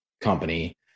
company